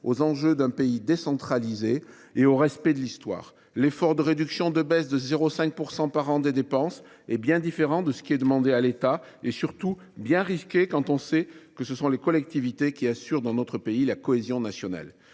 aux enjeux d’un pays décentralisé et au respect de l’histoire. L’effort de réduction de 0,5 % par an des dépenses est bien différent de ce qui est demandé à l’État ; il est surtout bien risqué quand on sait que ce sont les collectivités qui assurent, dans notre pays, la cohésion nationale.